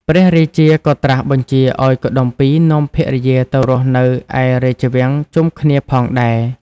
ព្រះរាជាក៏ត្រាស់បញ្ជាឱ្យកុដុម្ពីក៍នាំភរិយាទៅរស់នៅឯរាជវាំងជុំគ្នាផងដែរ។